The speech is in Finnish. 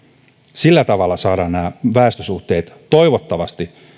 sillä tavalla saadaan nämä väestösuhteet toivottavasti